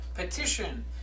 petition